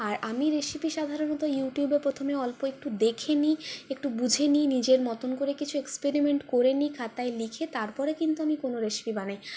আর আমি রেসিপি সাধারণত ইউটিউবে প্রথমে অল্প একটু দেখে নিই একটু বুঝে নিই নিজের মতো করে কিছু এক্সপেরিমেন্ট করে নিই খাতায় লিখে তারপরে কিন্তু আমি কোনো রেসিপি বানাই